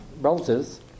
relatives